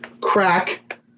crack